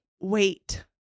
wait